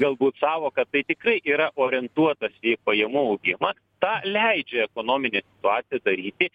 galbūt sąvoką tai tikrai yra orientuotas į pajamų augimą tą leidžia ekonominė situacija daryti